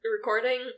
recording